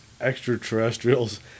extraterrestrials